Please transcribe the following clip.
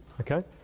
okay